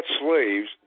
slaves